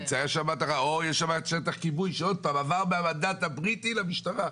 יש שם שטח כיבוי שעבר מהמנדט הבריטי למשטרה.